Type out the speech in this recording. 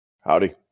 howdy